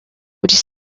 would